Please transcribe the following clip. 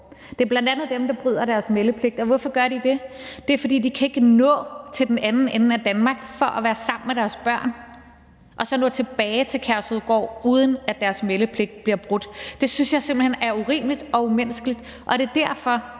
Det er bl.a. dem, der bryder deres meldepligt, og hvorfor gør de det? Det gør de, fordi de ikke kan nå at komme til den anden ende af Danmark for at være sammen med deres børn og så komme tilbage til Kærshovedgård, uden at deres meldepligt bliver brudt. Det synes jeg simpelt hen er urimeligt og umenneskeligt, og det er derfor,